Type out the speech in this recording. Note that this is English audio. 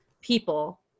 People